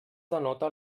denota